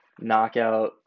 Knockout